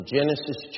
Genesis